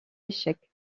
échec